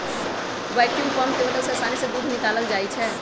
vacuum pump के मदद से आसानी से दूध निकाकलल जाइ छै